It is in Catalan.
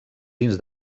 dins